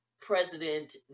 president